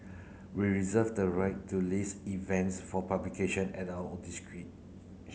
we reserve the right to list events for publication at our